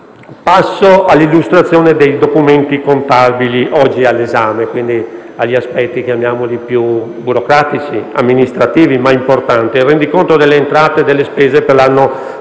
Passo all'illustrazione dei documenti contabili oggi all'esame e agli aspetti burocratici e amministrativi, ma importanti del rendiconto delle entrate e delle spese per l'anno